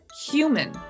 human